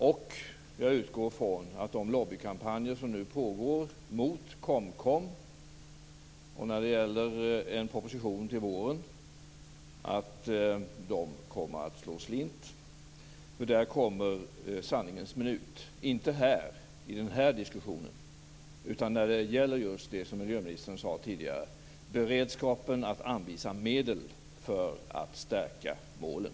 Och jag utgår från att de lobbykampanjer som nu pågår mot KOMKOM, och en proposition till våren kommer att slå slint. Där kommer sanningens minut. Inte i den här diskussionen, utan när det gäller just det som miljöministern sade tidigare, nämligen beredskapen att anvisa medel för att stärka målen.